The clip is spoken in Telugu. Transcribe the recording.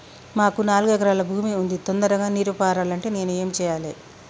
మాకు నాలుగు ఎకరాల భూమి ఉంది, తొందరగా నీరు పారాలంటే నేను ఏం చెయ్యాలే?